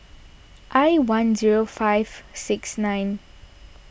I one zero five six nine